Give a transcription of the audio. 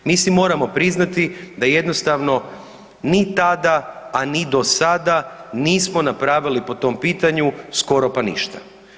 Mi si moramo priznati da jednostavno ni tada, a ni do sada nismo napravili po tom pitanju skoro pa ništa.